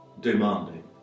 demanding